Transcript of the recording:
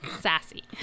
sassy